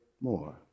more